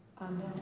Amen